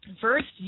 First